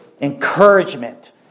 encouragement